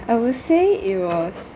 I would say it was